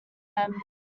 them